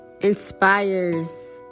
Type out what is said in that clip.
Inspires